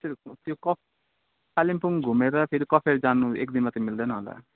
त्यो कफ् कालिम्पोङ घुमेर फेरि कफेर जानु एकदिनमा त मिल्दैन होला